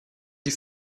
die